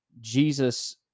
Jesus